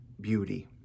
beauty